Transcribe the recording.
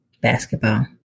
basketball